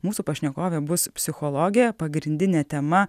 mūsų pašnekovė bus psichologė pagrindinė tema